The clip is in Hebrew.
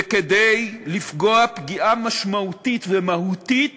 וכדי לפגוע פגיעה משמעותית ומהותית